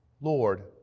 lord